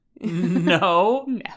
No